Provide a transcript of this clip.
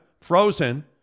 frozen